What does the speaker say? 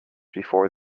before